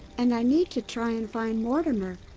and i need to try and find mortimer.